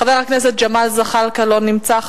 חבר הכנסת ג'מאל זחאלקה, לא נמצא,